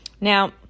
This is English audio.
Now